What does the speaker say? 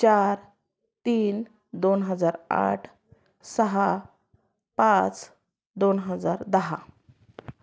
चार तीन दोन हजार आठ सहा पाच दोन हजार दहा